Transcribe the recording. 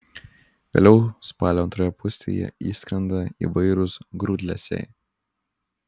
vėliau spalio antroje pusėje išskrenda įvairūs grūdlesiai